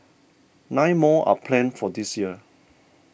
nine more are planned for this year